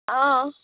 हँ